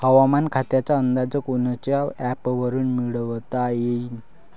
हवामान खात्याचा अंदाज कोनच्या ॲपवरुन मिळवता येईन?